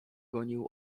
gonił